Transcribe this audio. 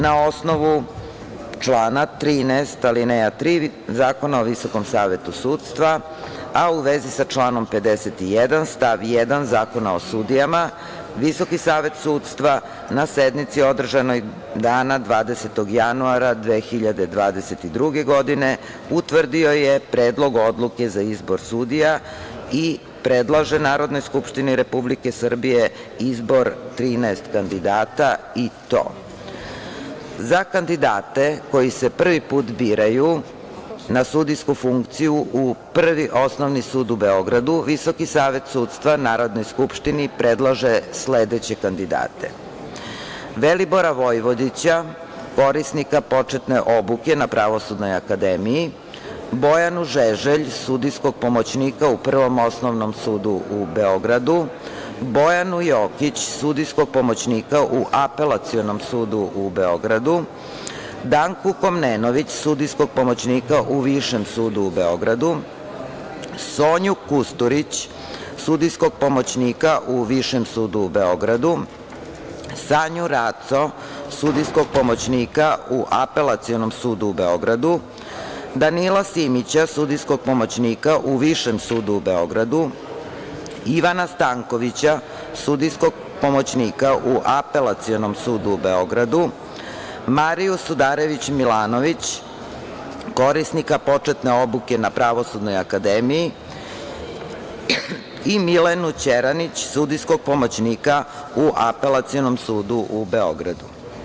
Na osnovu člana 13. alineja 3. Zakona o Visokom Savetu sudstva, a u vezi sa članom 51. stav 1. Zakona o sudijama, VSS na sednici održanoj dana 20. januara 2022. godine utvrdio je Predlog odluke za izbor sudija i predlaže Narodnoj skupštini Republike Srbije izbor 13 kandidata i to za kandidate koji se prvi put biraju na sudijsku funkciju u Prvi osnovni sud u Beogradu VSS Narodnoj skupštini predlaže sledeće kandidate: Velibora Vojvodića, korisnika početne obuke na Pravosudnoj akademiji; Bojanu Žeželj, sudijskog pomoćnika u Prvom osnovnom sudu u Beogradu; Bojanu Jokić, sudijskog pomoćnika u Apelacionom sudu u Beogradu; Danku Komnenović, sudijskog pomoćnika u Višem sudu u Beogradu; Sonju Kusturić, sudijskog pomoćnika u Višem sudu u Beogradu; Sanju Raco, sudijskog pomoćnika u Apelacionom sudu u Beogradu; Danila Simića, sudijskog pomoćnika u Višem sudu u Beogradu; Ivana Stankovića, sudijskog pomoćnika u Apelacionom sudu u Beogradu; Mariju Sudarević Milanović, korisnika početne obuke na Pravosudnoj akademiji i Milenu Ćeranić, sudijskog pomoćnika u Apelacionom sudu u Beogradu.